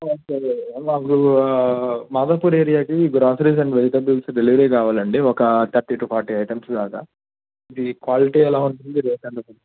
సరే మాకు మాదాపూర్ ఏరియాకి గ్రాసరీస్ అండ్ వెజిటేబుల్స్ డెలివరీ కావాలండి ఒక థర్టీ టు ఫార్టీ ఐటమ్స్ దాకా ఇది క్వాలిటీ ఎలా ఉంటుంది రేట్ ఎంత ఉంటుంది